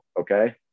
Okay